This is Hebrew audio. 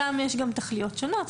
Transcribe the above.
שם יש גם תכליות שונות,